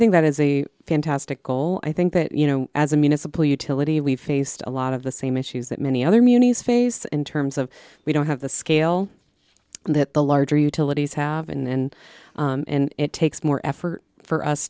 think that is a fantastic goal i think that you know as a municipal utility we faced a lot of the same issues that many other muni's faced in terms of we don't have the scale that the larger utilities have been and it takes more effort for us